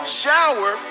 shower